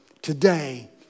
Today